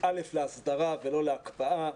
להסדרה לא להקפאה,